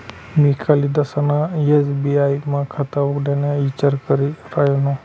मी कालदिसना एस.बी.आय मा खाता उघडाना ईचार करी रायनू